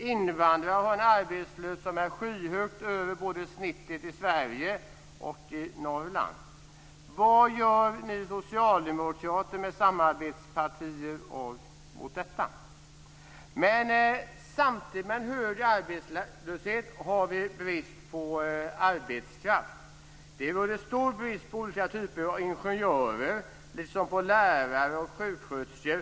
Invandrare har en arbetslöshet som är skyhögt över både snittet i Sverige och i Norrland. Samtidigt som vi har en hög arbetslöshet har vi brist på arbetskraft. Det råder stor brist på olika typer av ingenjörer liksom på lärare och sjuksköterskor.